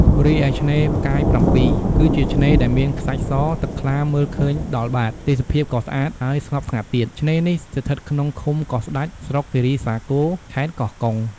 រីឯឆ្នេរផ្កាយ៧ គឺជាឆ្នេរដែលមានខ្សាច់ស ទឹកថ្លាមើលឃើញដល់បាត ទេសភាពក៏ស្អាត ហើយស្ងប់ស្ងាត់ទៀត ឆ្នេរនេះស្ថិតក្នុងឃុំកោះស្តេច ស្រុកគីរីសាគរ ខេត្តកោះកុង។